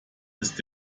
ist